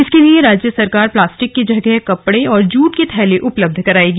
इसके लिए राज्य सरकार प्लास्टिक की जगह कपड़े और जूट के थैले उपलब्ध कराएगी